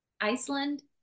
Iceland